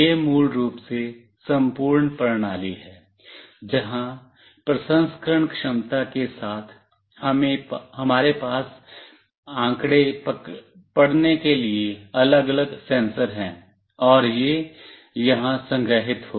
यह मूल रूप से संपूर्ण प्रणाली है जहां प्रसंस्करण क्षमता के साथ हमारे पास आंकड़े पढ़ने के लिए अलग अलग सेंसर हैं और यह यहां संग्रहीत होगा